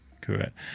correct